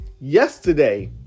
yesterday